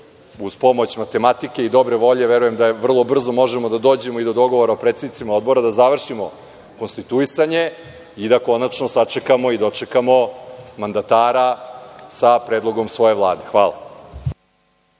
uz pomoć matematike i dobre volje, verujem da vrlo brzo možemo da dođemo i do dogovora o predsednicima odbora, da završimo konstituisanje i da konačno sačekamo i dočekamo mandatara sa predlogom svoje Vlade. Hvala.